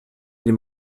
dem